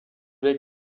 lait